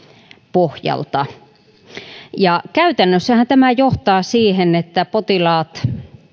pohjalta käytännössähän tämä johtaa siihen että potilaat